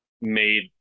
made